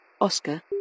Oscar